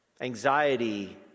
Anxiety